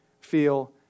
feel